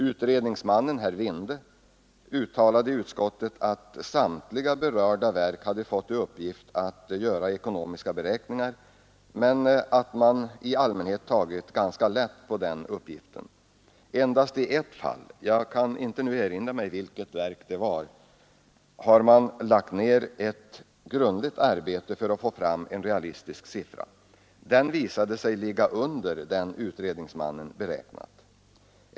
Utredningsmannen herr Vinde uttalade i utskottet att samtliga berörda verk hade fått i uppgift att göra ekonomiska beräkningar men i allmänhet tagit ganska lätt på den uppgiften. Endast i ett fall, jag inte nu erinra mig vilket verk det var, hade man lagt ned ett grundligt arbete för att få fram en realistisk siffra. Den visade sig ligga under den utredningsmannen beräknat.